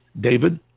david